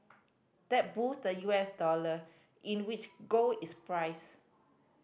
that boosted the U S dollar in which gold is priced